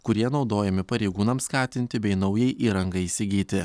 kurie naudojami pareigūnams skatinti bei naujai įrangai įsigyti